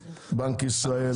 את בנק ישראל,